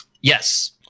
yes